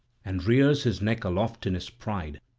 and rears his neck aloft in his pride,